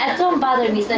and don't bother me so